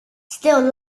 still